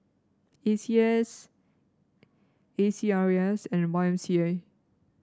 A C S A C R E S and Y M C A